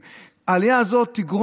הזה,